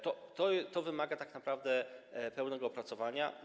To wymaga tak naprawdę pełnego opracowania.